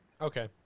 Okay